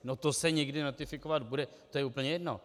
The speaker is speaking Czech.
No to se někdy notifikovat bude, to je úplně jedno.